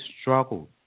struggle